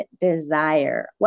desire